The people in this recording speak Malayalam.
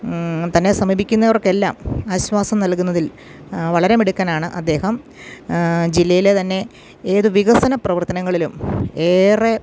തന്നെ സമീപിക്കുന്നവർക്കെല്ലാം ആശ്വാസം നൽകുന്നതിൽ വളരെ മിടുക്കാനാണ് അദ്ദേഹം ജില്ലയിലെ തന്നെ ഏതു വികസന പ്രവർത്തനങ്ങളിലും ഏറെ